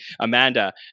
Amanda